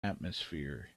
atmosphere